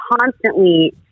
constantly